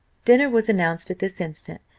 dinner was announced at this instant,